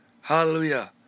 Hallelujah